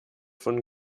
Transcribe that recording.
von